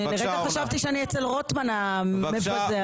לרגע חשבתי שאני אצל רוטמן המבזה הזה.